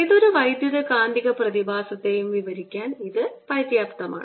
ഏതൊരു വൈദ്യുതകാന്തിക പ്രതിഭാസത്തെയും വിവരിക്കാൻ ഇത് പര്യാപ്തമാണ്